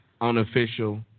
unofficial